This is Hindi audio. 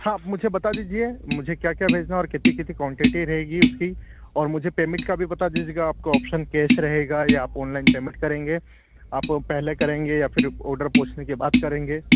हाँ आप मुझे बता दीजिए मुझे क्या क्या भेजना है और कितनी कितनी क्वांटिटी रहेगी उसकी और मुझे पेमेट का भी बता दीजिएगा आपको ऑप्शन कैश रहेगा या आप ऑन लाइन पेमेट करेंगे आप पहले करेंगे या फिर ऑडर पहुँचने के बाद करेंगे